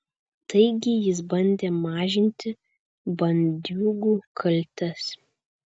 taigi jis bandė mažinti bandiūgų kaltes